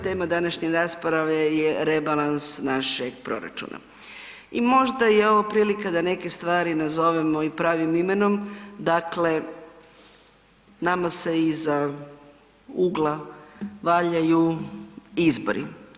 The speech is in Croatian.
Tema današnje rasprave je rebalans našeg proračuna i možda je ovo prilika da neke stvari nazovemo i pravim imenom, dakle, nama se iza ugla valjaju izbori.